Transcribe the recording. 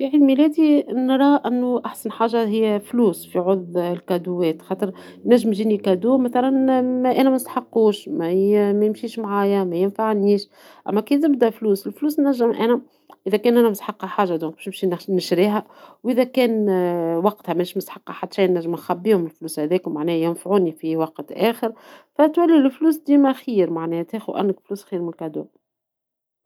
في عيد ميلادى نرى أنو أحسن حاجة فلوس في عوض الهدايا ، خاطر ينجم يجيني كادو أنا منسحقوش ميمشيش معايا مينفعنيش أما كي نبدى فلوس ، الفلوس نجم أنا اذا كان أنا مسحقة حاجة اذا نمشي نشريها واذا كان وقتها مانيش مسحقة حتى شي نجم نخبيهم فلوس هذيكا معناها ينفعوني في وقت أخر ، فتولي الفلوس ديما خير خير من الهدايا.